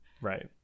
right